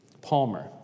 Palmer